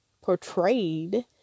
portrayed